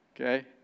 Okay